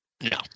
No